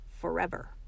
forever